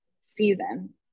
season